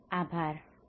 ખુબ ખુબ આભાર